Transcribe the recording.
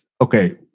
okay